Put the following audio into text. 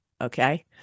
Okay